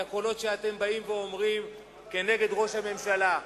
הקולות שאתם אומרים כנגד ראש הממשלה,